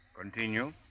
Continue